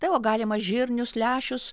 tai vo galima žirnius lęšius